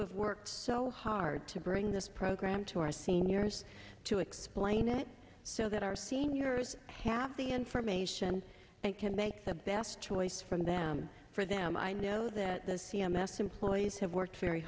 have worked so hard to bring this program to our seniors to explain it so that our seniors have the information and can make the best choice for them for them i know that the c m s employees have worked very